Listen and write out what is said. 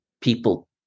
people